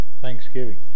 Thanksgiving